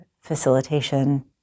facilitation